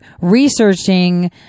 researching